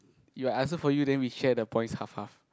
you I answer for you then we share the points half half